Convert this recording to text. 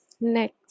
Next